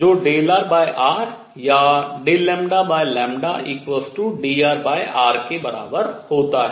जो Δrr या dλdrr के बराबर होता है